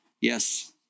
Yes